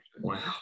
Wow